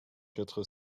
quatre